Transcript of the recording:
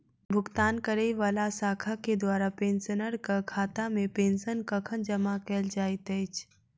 भुगतान करै वला शाखा केँ द्वारा पेंशनरक खातामे पेंशन कखन जमा कैल जाइत अछि